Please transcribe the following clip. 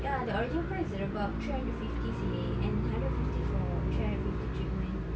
ya the original price is about three hundred fifty seh and hundred fifty for three hundred fifty treatment